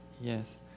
Yes